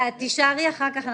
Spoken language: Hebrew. תישארי אחר כך,